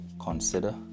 consider